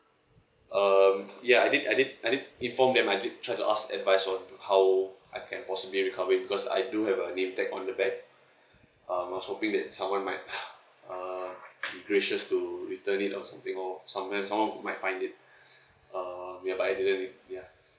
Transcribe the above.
um ya I did I did I did inform them I did try to ask advice on how I can possibly recover it because I do have a nametag on the bag um I was hoping that someone might !huh! uh be gracious to return it or something or someone someone would might find it um nearby the living ya